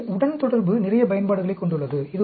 எனவே உடன்தொடர்பு நிறைய பயன்பாடுகளைக் கொண்டுள்ளது